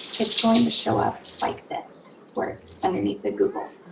it's going to show up like this where it's underneath the google.